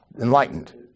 enlightened